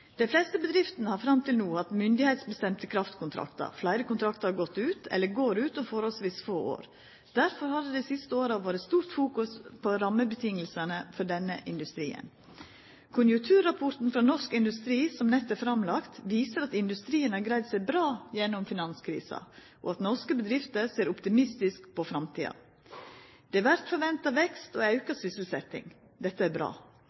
Dei fleste bedriftene har fram til no hatt myndigheitsbestemde kraftkontraktar. Fleire kontraktar har gått ut eller går ut om forholdsvis få år. Derfor har det dei siste åra vore stort fokus på rammevilkåra for denne industrien. Konjunkturrapporten frå Norsk Industri, som nett er framlagd, viser at industrien har greidd seg bra gjennom finanskrisa, og at norske bedrifter ser optimistisk på framtida. Det vert forventa vekst og auka sysselsetjing. Dette er bra,